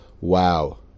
Wow